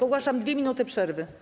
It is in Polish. Ogłaszam 2 minuty przerwy.